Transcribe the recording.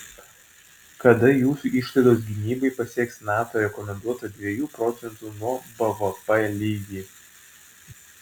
kada jūsų išlaidos gynybai pasieks nato rekomenduotą dviejų procentų nuo bvp lygį